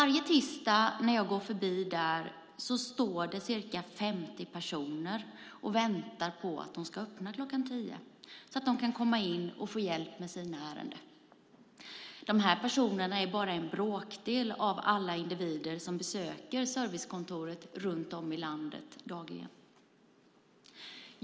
Varje tisdag när jag går förbi där står det ca 50 personer och väntar på att man ska öppna kl. 10.00 så att de kan komma in och få hjälp med sina ärenden. Dessa personer är bara en bråkdel av alla individer som besöker servicekontoren runt om i landet dagligen.